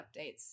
updates